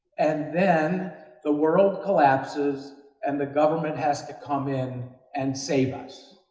and then the world collapses and the government has to come in and save us.